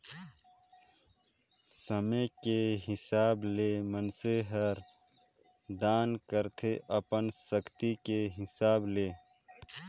समे के हिसाब ले मइनसे हर दान करथे अपन सक्ति के हिसाब ले